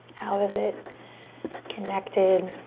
how is it connected